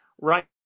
right